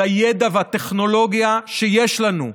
של הידע והטכנולוגיה שיש לנו,